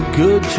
good